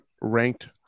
ranked